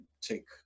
take